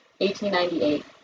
1898